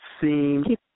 seem